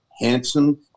handsome